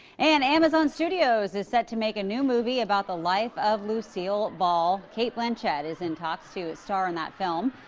and amazon studios is set to make a new movie about the life of lucille ball. cate blanchett is in talks to star in the film.